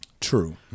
True